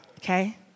okay